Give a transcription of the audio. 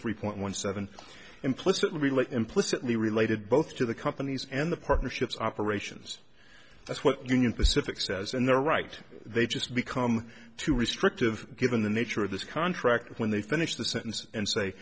point one seven implicitly relate implicitly related both to the companies and the partnerships operations that's what union pacific says and they're right they just become too restrictive given the nature of this contract when they finish the sentence and say